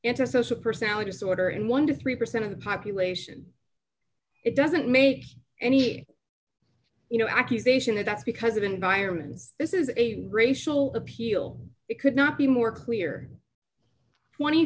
a personality disorder and one to three percent of the population it doesn't make any you know accusation is that because of environment this is a racial appeal it could not be more clear twenty